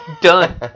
done